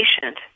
patient